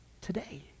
today